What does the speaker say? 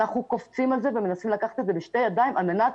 אנחנו קופצים על זה ומנסים לקחת את זה בשתי ידיים על מנת